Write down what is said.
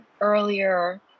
earlier